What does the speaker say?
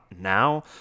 now